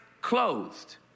closed